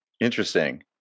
Interesting